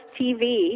TV